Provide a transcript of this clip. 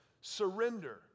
surrender